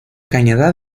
cañada